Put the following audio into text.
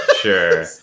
Sure